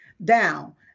down